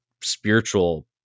spiritual